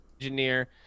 engineer